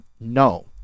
No